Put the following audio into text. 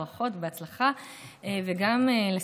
תודה רבה.